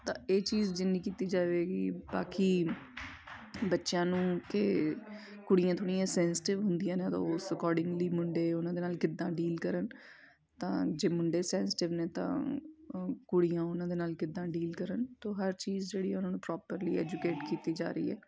ਤਾਂ ਇਹ ਚੀਜ਼ ਜਿੰਨੀ ਕੀਤੀ ਜਾਵੇਗੀ ਬਾਕੀ ਬੱਚਿਆਂ ਨੂੰ ਅਤੇ ਕੁੜੀਆਂ ਥੋੜ੍ਹੀਆਂ ਸੈਂਸਿਟਿਵ ਹੁੰਦੀਆਂ ਨੇ ਤਾਂ ਉਸ ਅਕੋਡਿੰਗਲੀ ਮੁੰਡੇ ਉਹਨਾਂ ਦੇ ਨਾਲ ਕਿੱਦਾਂ ਡੀਲ ਕਰਨ ਤਾਂ ਜੇ ਮੁੰਡੇ ਸੈਂਸਿਟਿਵ ਨੇ ਤਾਂ ਕੁੜੀਆਂ ਉਹਨਾਂ ਦੇ ਨਾਲ ਕਿੱਦਾਂ ਡੀਲ ਕਰਨ ਤੋ ਹਰ ਚੀਜ਼ ਜਿਹੜੀ ਉਹਨੂੰ ਪ੍ਰੋਪਰਲੀ ਐਜੂਕੇਟ ਕੀਤੀ ਜਾ ਰਹੀ ਹੈ